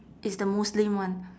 it's the muslim one